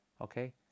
okay